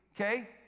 okay